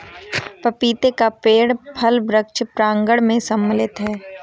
पपीते का पेड़ फल वृक्ष प्रांगण मैं सम्मिलित है